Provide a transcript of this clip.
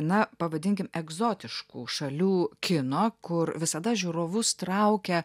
na pavadinkim egzotiškų šalių kino kur visada žiūrovus traukia